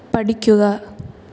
പഠിക്കുക